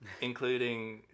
including